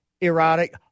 erotic